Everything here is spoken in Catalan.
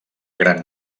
gran